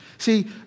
See